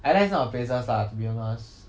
I like these kind of places lah to be honest